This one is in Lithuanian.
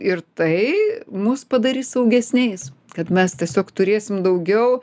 ir tai mus padarys saugesniais kad mes tiesiog turėsim daugiau